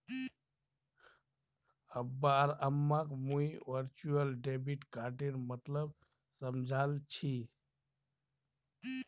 अब्बा आर अम्माक मुई वर्चुअल डेबिट कार्डेर मतलब समझाल छि